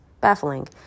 baffling